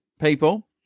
people